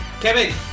Kevin